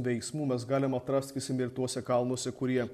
veiksmų mes galim atrast sakysim ir tuose kalnuose kurie